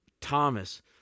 Thomas